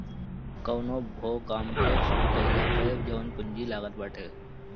कवनो भो काम के शुरू कईला पअ जवन पूंजी लागत बाटे